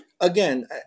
again